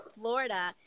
Florida